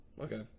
Okay